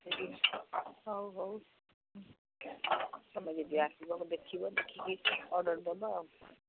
ସେ ହଉ ହଉ ତୁମେ ଯଦି ଆସିବ ଦେଖିବ ଦେଖିକି ଅର୍ଡ଼ର୍ ଦବା ଆଉ